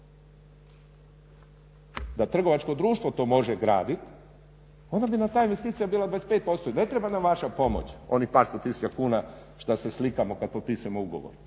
da trgovačko društvo to može graditi onda bi nam ta investicija bila 25% i ne treba nam vaša pomoć onih par sto tisuća kuna šta se slikamo kada potpisujemo ugovor.